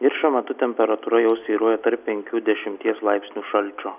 ir šiuo metu temperatūra jau svyruoja tarp penkių dešimties laipsnių šalčio